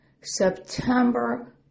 September